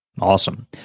Awesome